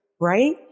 right